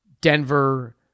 Denver